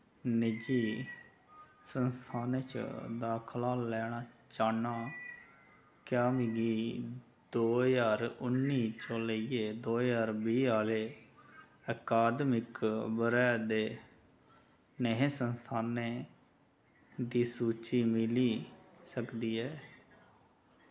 निजी संस्थानें च दाखला लैना चाह्न्नां क्या मिगी दो ज्हार उन्नी थों लेइयै दो ज्हार बीह् आह्ले अकादमिक ब'रे दे नेहे संस्थानें दी सूची मिल्ली सकदी ऐ